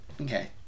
okay